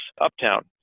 uptown